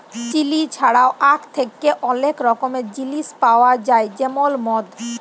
chilli ছাড়াও আখ থ্যাকে অলেক রকমের জিলিস পাউয়া যায় যেমল মদ